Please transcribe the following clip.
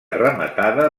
rematada